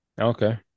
okay